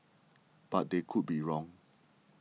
but they could be wrong